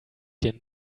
den